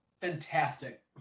fantastic